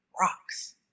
rocks